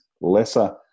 lesser